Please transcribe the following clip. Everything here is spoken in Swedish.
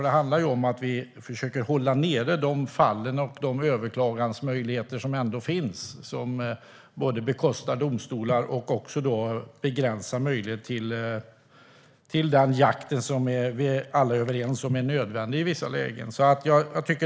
Det handlar ju om att vi försöker hålla antalet fall och de överklagansmöjligheter som finns nere eftersom de både belastar domstolar och begränsar möjligheten till den jakt som vi alla är överens om är nödvändig i vissa lägen.